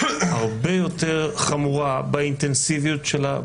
הרבה יותר חמורה באינטנסיביות שלה,